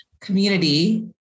Community